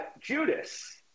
Judas